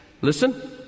Listen